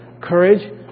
courage